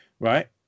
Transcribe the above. Right